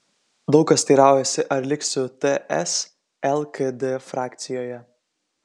daug kas teiraujasi ar liksiu ts lkd frakcijoje